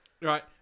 Right